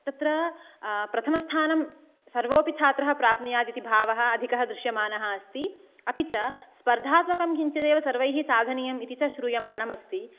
तत्र प्रथमस्थानं सर्वोपि छात्रः प्राप्नुयात् इति भावः अधिकः दृश्यमानः अस्ति अपि च स्पर्धात्मकं किञ्चित् एवे सर्वैः साधनीयम् इति च श्रूयमाणम् अस्ति